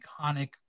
iconic